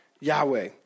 Yahweh